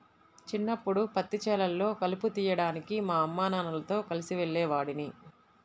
చిన్నప్పడు పత్తి చేలల్లో కలుపు తీయడానికి మా అమ్మానాన్నలతో కలిసి వెళ్ళేవాడిని